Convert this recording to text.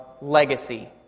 legacy